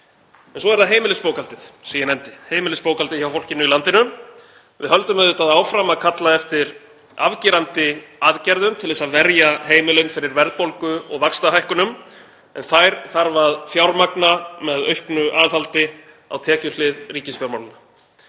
Svo er það heimilisbókhaldið sem ég nefndi, heimilisbókhaldið hjá fólkinu í landinu. Við höldum auðvitað áfram að kalla eftir afgerandi aðgerðum til að verja heimilin fyrir verðbólgu og vaxtahækkunum en þær þarf að fjármagna með auknu aðhaldi á tekjuhlið ríkisfjármálanna.